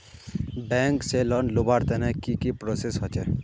Bank से loan लुबार तने की की प्रोसेस होचे?